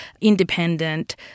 independent